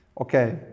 Okay